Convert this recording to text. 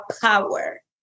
power